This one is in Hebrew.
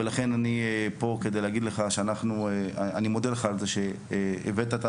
לכן אני פה כדי להגיד לך שאני מודה לך על זה שהבאת את